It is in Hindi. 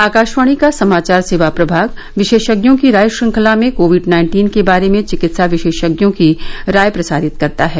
आकाशवाणी का समाचार सेवा प्रभाग विशेषज्ञों की राय श्रृंखला में कोविड नाइन्टीन के बारे में चिकित्सा विशेषज्ञों की राय प्रसारित करता है